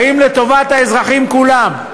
באים לטובת האזרחים כולם.